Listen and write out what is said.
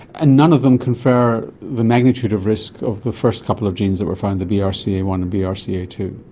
and none of them confer the magnitude of risk of the first couple of genes that were found, the b r c a one and b r c a two.